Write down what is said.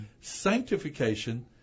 sanctification